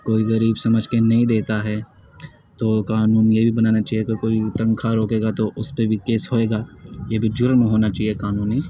کوئی غریب سمجھ کے نہیں دیتا ہے تو قانون یہ بھی بنانا چاہیے کہ کوئی تنخواہ روکے گا تو اس پہ بھی کیس ہوئے گا یہ تو جرم ہونا چاہیے قانونی